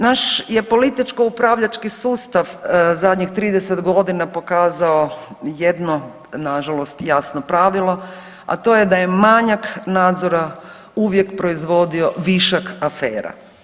Naš je političko-upravljački sustav zadnjih 30 godina pokazao jedno na žalost jasno pravilo da je manjak nadzora uvijek proizvodio višak afera.